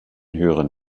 höheren